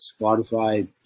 Spotify